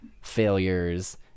failures